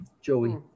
Joey